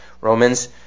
Romans